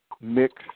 mixed